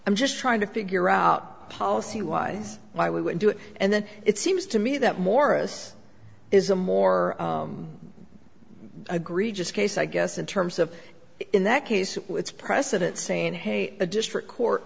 i'm just trying to figure out policy wise why we would do it and then it seems to me that morris is a more i agree just case i guess in terms of in that case it's precedent saying hey a district court